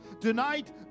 tonight